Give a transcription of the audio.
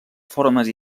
formes